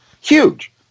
huge